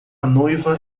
noiva